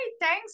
thanks